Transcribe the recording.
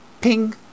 Ping